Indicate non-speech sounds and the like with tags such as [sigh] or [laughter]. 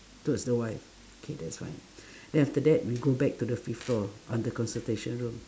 towards the wife okay that's fine [breath] then after that we go back to the fifth floor on the consultation room